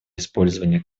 использования